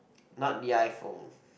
not the iPhone